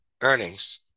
Earnings